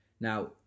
Now